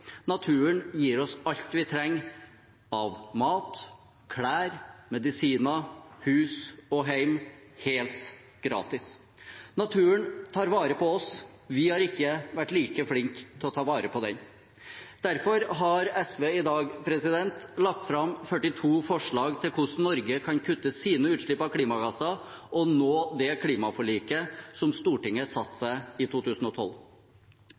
Naturen gir oss alt vi trenger av mat, klær, medisiner, hus og hjem – helt gratis. Naturen tar vare på oss, men vi har ikke vært like flinke til å ta vare på den. Derfor har SV i dag lagt fram 42 forslag til hvordan Norge kan kutte sine utslipp av klimagasser og nå det klimaforliket som Stortinget satte seg i 2012.